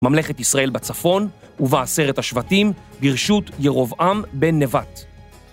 ממלכת ישראל בצפון, ובעשרת השבטים, גירשו את ירובעם בן נבט.